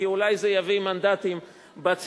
כי אולי זה יביא מנדטים בציבור.